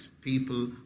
people